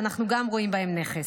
שאנחנו גם רואים בהם נכס.